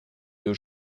deux